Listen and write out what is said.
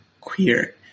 queer